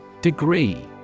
Degree